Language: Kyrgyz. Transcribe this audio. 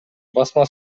басма